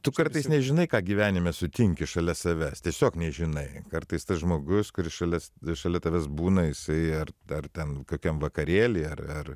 tu kartais nežinai ką gyvenime sutinki šalia savęs tiesiog nežinai kartais tas žmogus kuris šalia šalia tavęs būna jisai ar ar ten kokiam vakarėly ar ar